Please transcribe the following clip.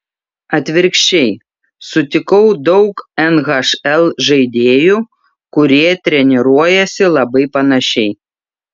atvirkščiai sutikau daug nhl žaidėjų kurie treniruojasi labai panašiai